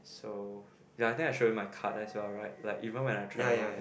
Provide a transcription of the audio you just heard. so ya I think I should have my card as well right like even when I travel ya